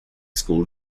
school